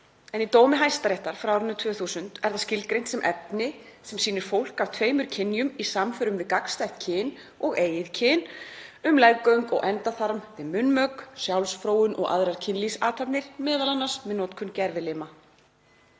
en í dómi Hæstaréttar frá árinu 2000 er það skilgreint sem efni sem sýnir fólk af tveimur kynjum í samförum við gagnstætt kyn og eigið kyn, um leggöng og endaþarm, við munnmök, sjálfsfróun og aðrar kynlífsathafnir, m.a. með notkun gervilima.